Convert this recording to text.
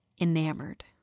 enamored